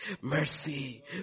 mercy